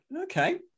Okay